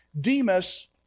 Demas